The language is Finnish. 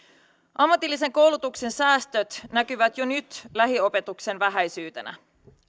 ammatillisen koulutuksen säästöt näkyvät jo nyt lähiopetuksen vähäisyytenä